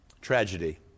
tragedy